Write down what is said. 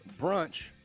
Brunch